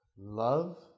love